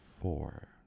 Four